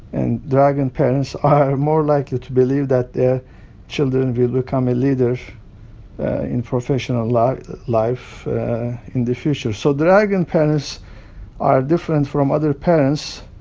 and dragon parents are more likely to believe that their children will become a leader in professional life life in the future. so dragon parents are different from other parents